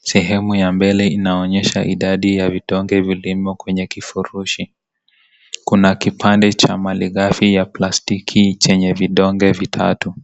sehemu ya mbili inaonyesha idadi ya vidonge vilimo kwenye kivurushi ,kuna kibande cha malikafi ya plastiki chenye vidonge vitatu.